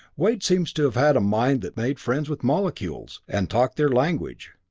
wade seems to have had a mind that made friends with molecules, and talked their language.